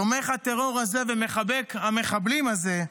תומך הטרור הזה ומחבק המחבלים הזה,